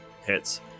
Hits